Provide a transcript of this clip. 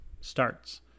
starts